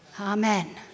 Amen